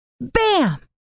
Bam